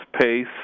pace